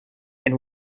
and